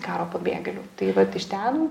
karo pabėgėlių tai vat iš ten